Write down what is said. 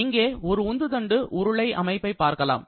இங்கே ஒரு உந்துதண்டு உருளை அமைப்பை பார்க்கலாம்